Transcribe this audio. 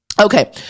Okay